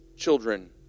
children